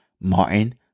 Martin